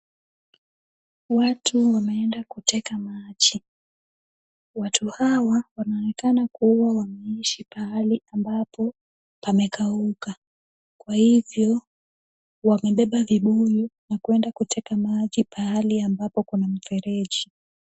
Watu wameenda kuteka maji, watu hawa wanaonekana kuwa wameishi pahali ambapo pamekauka , kwa hivyo wamebeba vibuyu na kuenda kuteka maji pahali ambapo kuna mfereji.